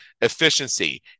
efficiency